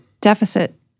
deficit